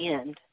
end